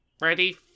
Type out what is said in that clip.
ready